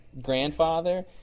Grandfather